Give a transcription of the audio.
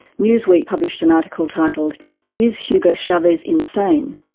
newsweek published an article titled is hugo chavez insane?